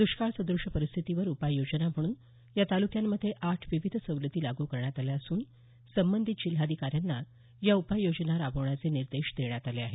दुष्काळसद्रष्य परिस्थितीवर उपाय योजना म्हणून या तालुक्यांमध्ये आठ विविध सवलती लागू करण्यात आल्या असून संबंधित जिल्हाधिकाऱ्यांना या उपाययोजना राबविण्याचे निर्देश देण्यात आले आहेत